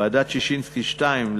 ועדת ששינסקי 2,